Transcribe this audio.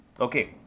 Okay